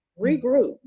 regroup